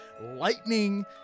lightning